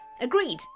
agreed